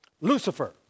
Lucifer